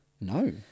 No